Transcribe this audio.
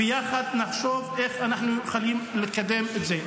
ויחד נחשוב איך אנחנו יכולים לקדם את זה.